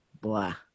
Blah